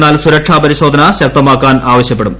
എന്നാൽ സുരക്ഷാ പരിശോധന ശക്തമാക്കാൻ ആവശ്യപ്പെടും